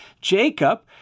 Jacob